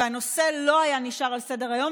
והנושא לא היה נשאר על סדר-היום,